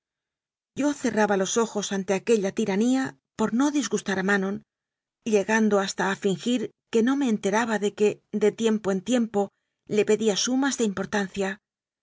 yo cerraba los ojos ante aquella tiranía por no disgustar a manon llegando hasta a fingir que no me enteraba de que de tiempo en tiempo le pedía sumas de importancia